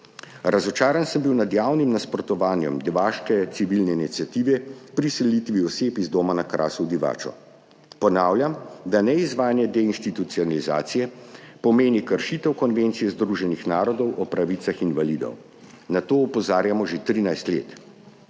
Razočaran sem bil nad javnim nasprotovanjem divaške civilne iniciative pri selitvi oseb iz doma na Krasu v Divačo. Ponavljam, da neizvajanje deinstitucionalizacije pomeni kršitev Konvencije Združenih narodov o pravicah invalidov. Na to opozarjamo že 13 let.